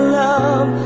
love